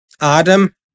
Adam